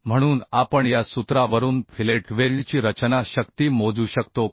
म्हणून आपण या सूत्रावरून फिलेट वेल्डची रचना शक्ती मोजू शकतो पी